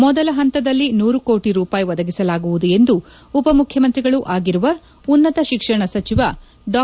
ಮೊದಲ ಹಂತದಲ್ಲಿ ನೂರು ಕೋಟಿ ರೂಪಾಯಿ ಒದಗಿಸಲಾಗುವುದು ಎಂದು ಉಪ ಮುಖ್ಯಮಂತ್ರಿಗಳೂ ಆಗಿರುವ ಉನ್ನತ ಶಿಕ್ಷಣ ಸಚಿವ ಡಾ